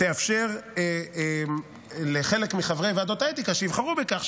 תאפשר לחלק מחברי ועדות האתיקה שיבחרו בכך,